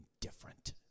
different